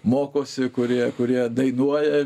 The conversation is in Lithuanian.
mokosi kurie kurie dainuoja